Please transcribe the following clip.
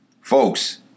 folks